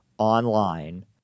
online